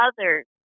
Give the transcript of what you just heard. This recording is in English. others